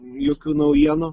jokių naujienų